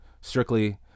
strictly